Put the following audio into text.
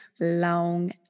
long